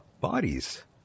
bodies